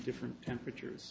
different temperatures